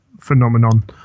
phenomenon